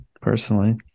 personally